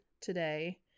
today